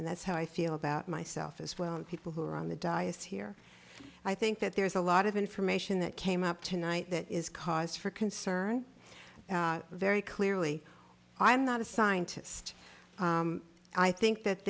and that's how i feel about myself as well and people who are on the diocese here i think that there is a lot of information that came up tonight that is cause for concern very clearly i'm not a scientist i think that